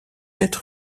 être